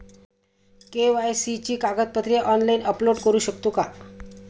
KYC ची कागदपत्रे online upload करू शकतो का?